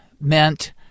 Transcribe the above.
meant